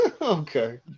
Okay